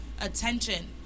attention